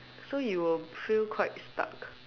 so you will feel quite stuck